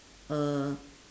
uh